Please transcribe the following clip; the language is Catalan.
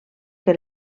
que